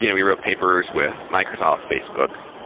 you know we wrote papers with microsoft, facebook,